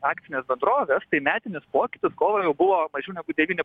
akcines bendroves tai metinis pokytis kovą jau buvo mažiau negu devyni